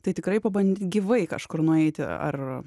tai tikrai pabandyk gyvai kažkur nueiti ar